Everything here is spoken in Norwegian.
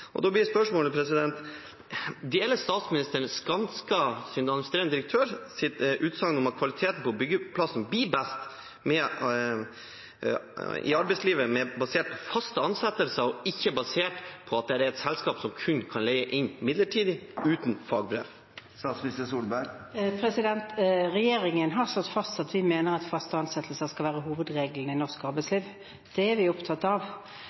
Da blir spørsmålet: Deler statsministeren utsagnet fra administrerende direktør for Skanska om at kvaliteten på byggeplassen blir best med et arbeidsliv som er basert på faste ansettelser, og ikke basert på at det er selskap som kun kan leie inn midlertidige uten fagbrev? Regjeringen har slått fast at vi mener at faste ansettelser skal være hovedregelen i norsk arbeidsliv, og det er vi opptatt av.